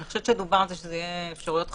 אני חושבת שדובר שזה יהיה אפשרויות חלופיות.